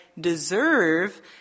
deserve